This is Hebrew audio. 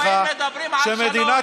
מפריע לי שאנשים שבאים ומדברים על שלום,